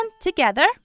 Together